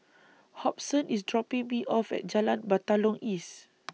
Hobson IS dropping Me off At Jalan Batalong East